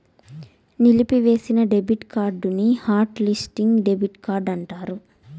నిలిపివేసిన డెబిట్ కార్డుని hot listing debit card అంటారు